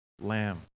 lamb